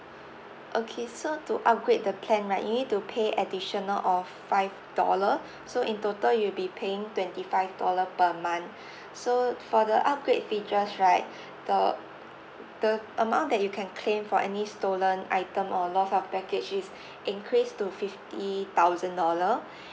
okay so to upgrade the plan right you need to pay additional of five dollar so in total you will be paying twenty five dollar per month so for the upgrade features right the the amount that you can claim for any stolen item or loss of package is increased to fifty thousand dollar